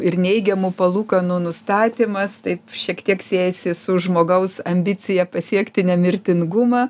ir neigiamų palūkanų nustatymas taip šiek tiek siejasi su žmogaus ambicija pasiekti nemirtingumą